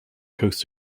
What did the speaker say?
coast